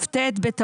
בוקר טוב.